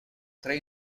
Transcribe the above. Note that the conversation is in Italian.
tre